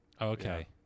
Okay